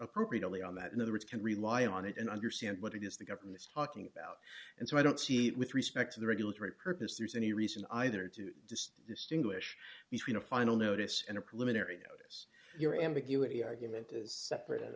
appropriately on that in other words can rely on it and understand what it is the government is talking about and so i don't see it with respect to the regulatory purpose there's any reason either to distinguish between a final notice and a preliminary notice your ambiguity argument is separate and